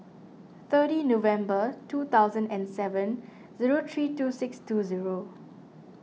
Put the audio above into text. thirty November two thousand and seven zero three two six two zero